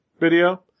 video